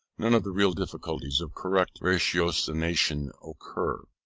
none of the real difficulties of correct ratiocination occur.